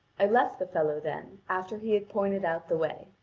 i left the fellow then, after he had pointed our the way.